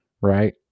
right